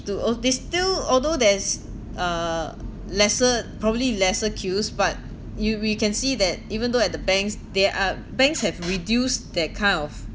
to all these still although there's uh lesser probably lesser queues but you we can see that even though at the banks there are banks have reduced that kind of